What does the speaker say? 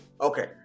Okay